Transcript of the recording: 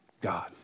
God